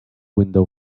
window